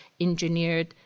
engineered